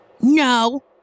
No